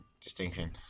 distinction